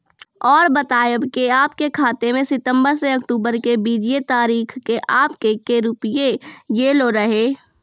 और बतायब के आपके खाते मे सितंबर से अक्टूबर के बीज ये तारीख के आपके के रुपिया येलो रहे?